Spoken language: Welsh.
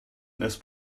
nes